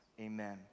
Amen